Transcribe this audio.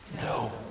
No